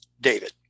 David